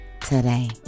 today